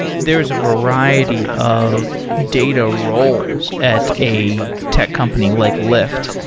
there's a variety of data roles at a tech company like lyft.